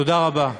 תודה רבה.